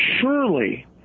surely